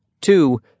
Two